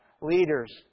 Leaders